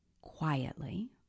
quietly